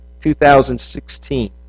2016